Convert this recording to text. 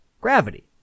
gravity